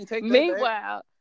Meanwhile